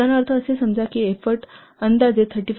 उदाहरणार्थ असे समजा की एफोर्ट अंदाजे 35